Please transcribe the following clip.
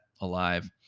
alive